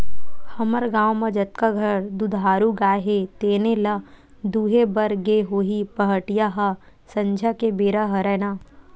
हमर गाँव म जतका घर दुधारू गाय हे तेने ल दुहे बर गे होही पहाटिया ह संझा के बेरा हरय ना